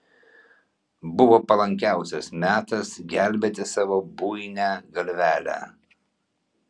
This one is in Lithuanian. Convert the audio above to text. buvo palankiausias metas gelbėti savo buinią galvelę